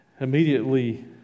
immediately